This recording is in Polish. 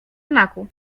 znaku